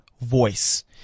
voice